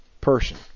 person